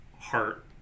heart